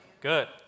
Good